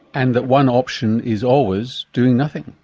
and that one option is always doing nothing.